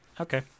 Okay